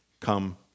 come